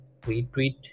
retweet